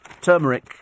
Turmeric